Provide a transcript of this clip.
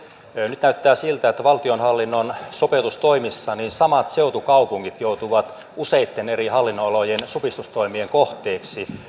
nyt näyttää siltä että valtionhallinnon sopeutustoimissa samat seutukaupungit joutuvat useitten eri hallinnonalojen supistustoimien kohteeksi